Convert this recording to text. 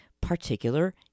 particular